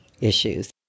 issues